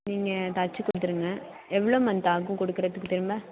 நீங்கள் தச்சு கொடுத்துருங்க எவ்வளோ மந்த் ஆகும் கொடுக்குறதுக்கு திரும்ப